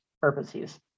purposes